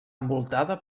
envoltada